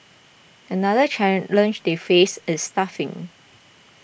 another challenge they faced is staffing